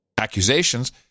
accusations